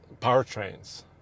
powertrains